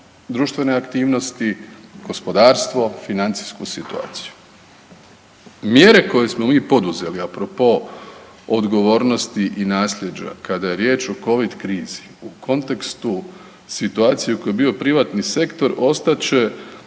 društvene aktivnosti, gospodarstvo, financijsku situaciju. Mjere koje smo mi poduzeli a propos odgovornosti i naslijeđa kada je riječ o covid krizi u kontekstu situacije u kojoj je bio privatni sektor ostat